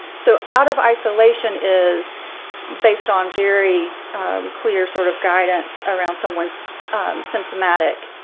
so out of isolation is based on very clear sort of guidance around someone's symptomatic